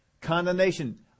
condemnation